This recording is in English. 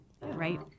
right